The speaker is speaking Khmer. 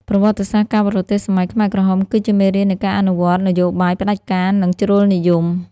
ប្រវត្តិសាស្ត្រការបរទេសសម័យខ្មែរក្រហម គឺជាមេរៀននៃការអនុវត្តនយោបាយផ្ដាច់ការ និងជ្រុលនិយម។